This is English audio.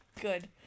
Good